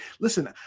listen